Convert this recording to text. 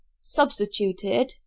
substituted